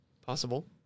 Possible